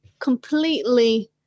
Completely